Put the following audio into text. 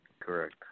Correct